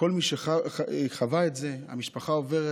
כל מי שחווה את זה המשפחה עוברת,